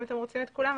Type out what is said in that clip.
אם אתם רוצים את כולם,